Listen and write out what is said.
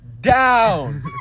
down